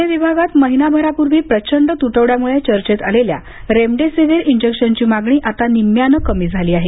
पुणे विभागात महिनाभरापूर्वी प्रचंड तुटवड्यामुळे चर्चेत आलेल्या रेमडेसिव्हिर इंजेक्शनची मागणी आता निम्म्याने कमी झाली आहे